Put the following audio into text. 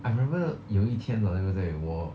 I remember 有一天对不对我